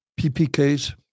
PPKs